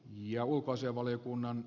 ja ulkoasianvaliokunnan